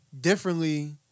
differently